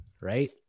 Right